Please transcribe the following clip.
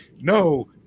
no